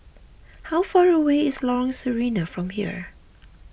how far away is Lorong Sarina from here